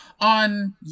On